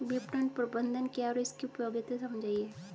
विपणन प्रबंधन क्या है इसकी उपयोगिता समझाइए?